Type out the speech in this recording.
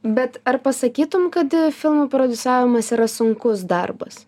bet ar pasakytum kad filmų prodisavimas yra sunkus darbas